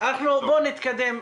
בואו נתקדם.